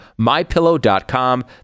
mypillow.com